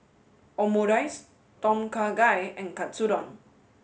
Omurice Tom Kha Gai and Katsudon